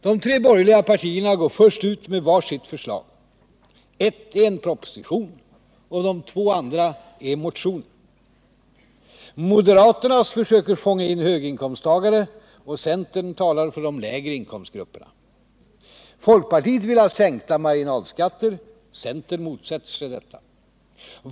De tre borgerliga partierna går först ut med var sitt förslag. Ett är en proposition och de två andra är motioner. Moderaterna försöker fånga in höginkomsttagare, och centern talar för de lägre inkomsttagarna. Folkpartiet vill ha sänkta marginalskatter — centern motsätter sig detta.